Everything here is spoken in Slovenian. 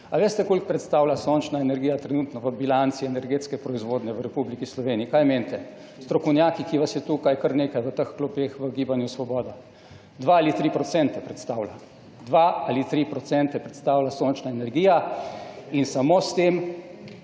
A veste, koliko predstavlja sončna energija trenutno v bilanci energetske proizvodnje v Republiki Sloveniji, kaj menite strokovnjaki, ki vas je tukaj kar nekaj v teh klopeh, v Gibanju Svoboda? Dva ali tri procente predstavlja. Dva ali tri procente predstavlja sončna energija in samo s tem